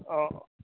অঁ